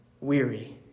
Weary